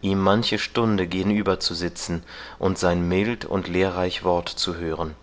ihm manche stunde genüber zu sitzen und sein mild und lehrreich wort zu hören